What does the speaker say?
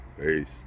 Peace